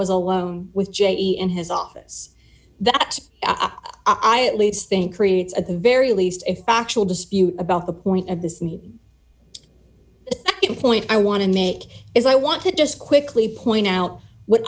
was alone with j e in his office that i at least think creates at the very least a factual dispute about the point of this need a point i want to make is i want to just quickly point out what